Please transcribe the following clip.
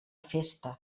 festa